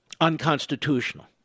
unconstitutional